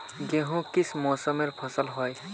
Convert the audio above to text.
गेहूँ किस मौसमेर फसल होय?